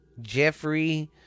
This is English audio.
Jeffrey